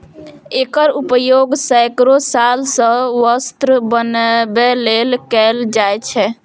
एकर उपयोग सैकड़ो साल सं वस्त्र बनबै लेल कैल जाए छै